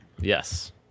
Yes